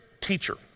teacher